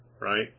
right